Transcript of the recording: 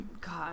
God